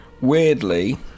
Weirdly